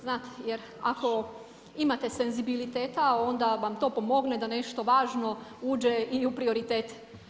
Znate ako imate senzibiliteta, onda vam to pomogne da nešto važno uđe i u prioritet.